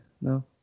No